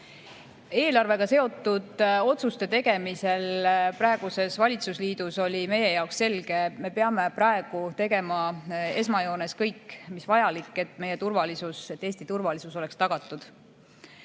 Eelarvega seotud otsuste tegemisel praeguses valitsusliidus oli meie jaoks selge, et me peame praegu tegema esmajoones kõik, mis vajalik, et meie turvalisus, et Eesti turvalisus oleks tagatud.2023.